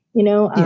you know,